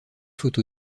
photo